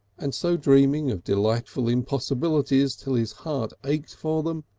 and so dreaming of delightful impossibilities until his heart ached for them,